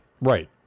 right